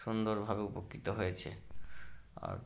সুন্দরভাবে উপকৃত হয়েছে আর